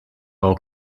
all